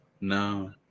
No